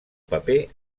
paper